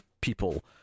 people